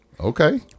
Okay